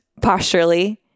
posturally